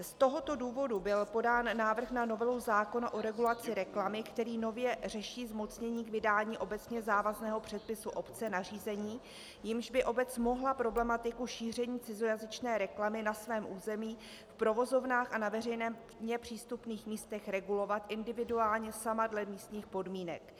Z tohoto důvodu byl podán návrh na novelu zákona o regulaci reklamy, který nově řeší zmocnění k vydání obecně závazného předpisu obce nařízením, jímž by obec mohla problematiku šíření cizojazyčné reklamy na svém území v provozovnách a na veřejně přístupných místech regulovat individuálně sama dle místních podmínek.